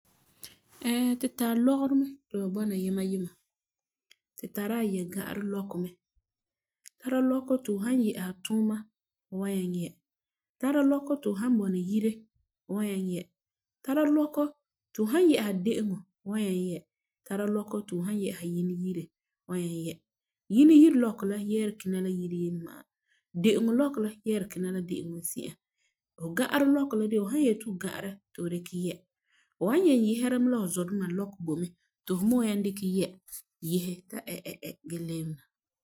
Ɛɛ, tu tari lɔgerɔ mɛ ti ba bɔna yima yima, tu tari ayɛga'arɛ lɔkɔ mɛ, tara lɔkɔ ti fu san yɛ'ɛsa tuuma fu wan nyaŋɛ yɛ, tara lɔkɔ ti fu san bɔna yire fu wan nyaŋɛ yɛ. Tara lɔkɔ ti fu san yɛ'ɛsa de'eŋɔ fu wan nyaŋɛ yɛ. Tara lɔkɔ ti fu san yɛ'ɛsa Yinɛ yire fu wan nyaŋɛ yɛ. Yinɛ yire lɔkɔ yɛɛra kina Yinɛ yire ma'a. De'eŋɔ lɔkɔ la me yɛ'ɛri kina la de'eŋɔ zi'an. Fu ga'arɛ lɔkɔ la fu san yeti fu ga'arɛ ti fu di kɛ yɛ.